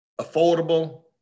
affordable